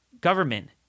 government